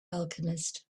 alchemist